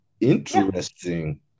interesting